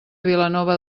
vilanova